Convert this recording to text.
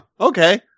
okay